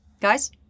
Guys